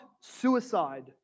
suicide